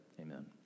Amen